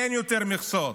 אין יותר מכסות.